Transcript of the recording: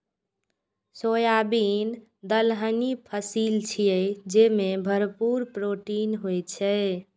soybean दलहनी फसिल छियै, जेमे भरपूर प्रोटीन होइ छै